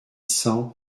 cent